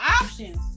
options